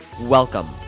Welcome